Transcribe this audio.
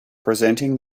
presenting